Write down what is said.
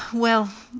well!